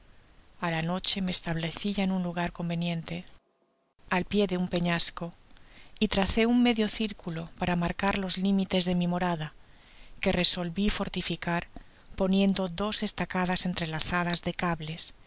a la noche me estableci ya en un lugar conveniente al pié de un peñasco y tracé un medio circulo para marcar los limites de mi morada que resolvi fortificar poniendo dos estacadas entrelazadas de cables